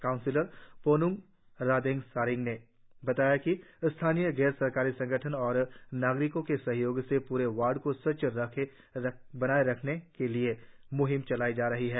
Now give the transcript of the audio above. councillor Ponung Radeg Saring ने बताया कि स्थानीय गैर सरकारी संगठनों और नागरिकों के सहयोग से पूरे वार्ड को स्वच्छ बनाएं रखने के लिए म्हिम चलाई जा रही है